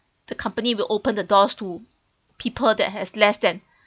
the company will open the doors to people that has less than